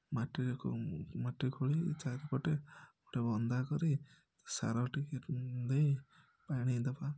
ମାଟିରେ ମାଟି ଖୋଳି ଚାରିପଟେ ଗୋଟେ ବନ୍ଧା କରି ସାର ଟିକିଏ ଦେଇ ପାଣି ଦେବା